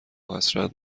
حسرت